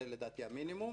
זה לדעתי המינימום